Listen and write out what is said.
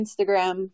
Instagram